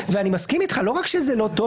כמו הסיפור מעפולה,